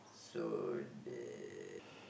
so